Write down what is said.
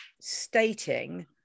stating